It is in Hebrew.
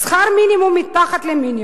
שכר מינימום מתחת למינימום,